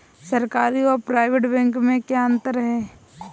सरकारी और private bank में क्या अंतर है?